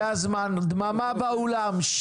זה הזמן, דממה באולם.